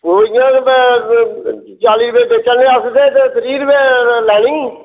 मूलियां बी भेैं चाली रपेऽ बेचा दे आं अस ते त्रीह् रपेऽ लैनी